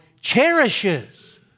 cherishes